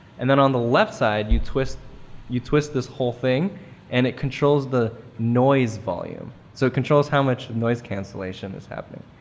and then on the left side you twist you twist this whole thing and it controls the noise volume. so, it controls how much noise cancellation is happening.